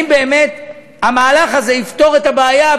אם באמת המהלך הזה יפתור את הבעיה,